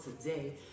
today